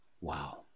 Wow